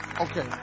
Okay